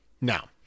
Now